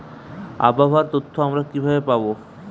আবহাওয়ার তথ্য আমরা কিভাবে পাব?